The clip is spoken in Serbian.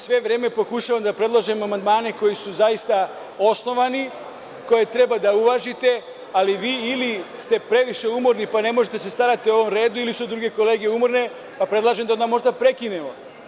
Sve vreme pokušavam da predlažem amandmane koji su zaista osnovani, koje treba da uvažite, ali vi ili ste previše umorni pa ne možete da se starate o ovom redu ili su druge kolege umorne, pa predlažem da možda prekinemo.